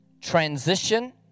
transition